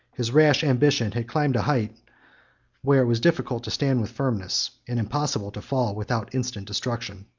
his rash ambition had climbed a height where it was difficult to stand with firmness, and impossible to fall without instant destruction.